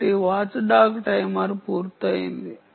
కాబట్టి watch dog timer పూర్తయింది